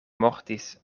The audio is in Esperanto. mortis